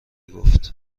گفت